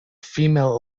female